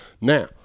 Now